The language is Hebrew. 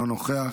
אינו נוכח,